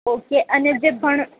okay અને જે પણ